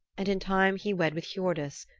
and in time he wed with hiordis,